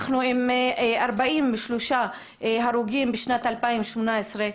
אנחנו עם 43 הרוגים בשנת 2018,